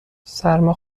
سرما